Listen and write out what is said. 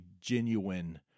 genuine